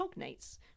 cognates